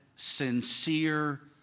sincere